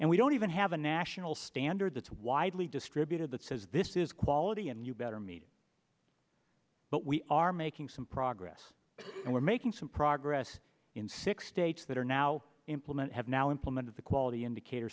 and we don't even have a national standard that's widely distributed that says this is quality and you better meet but we are making some progress and we're making some progress in six states that are now implement have now implemented the quality indicator